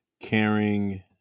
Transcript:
Caring